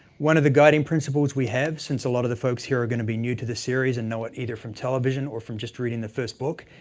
one of the guiding principles we have, since a lot of the folks here are gonna be new to the series and know it either from television or from just reading the first book,